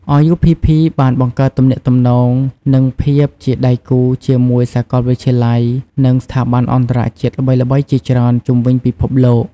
RUPP បានបង្កើតទំនាក់ទំនង និងភាពជាដៃគូជាមួយសាកលវិទ្យាល័យ និងស្ថាប័នអន្តរជាតិល្បីៗជាច្រើនជុំវិញពិភពលោក។